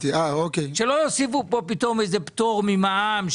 שלא יוסיפו פה פתאום איזה פטור ממע"מ,